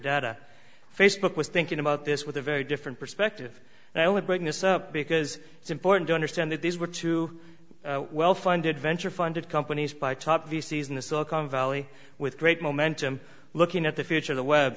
data facebook was thinking about this with a very different perspective and i only bring this up because it's important to understand that these were two well funded venture funded companies by top of the season the silicon valley with great momentum looking at the future of the web